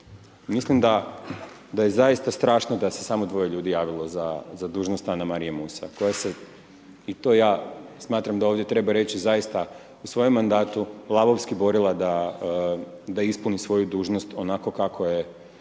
Mislim da je zaista strašno da se samo dvije ljudi javilo za dužnost Anamarije Musa koja se, i to ja smatram da ovdje treba reći, zaista u svojem mandatu lavovski borila da ispuni svoju dužnost onako kako ju